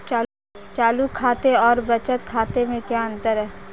चालू खाते और बचत खाते में क्या अंतर है?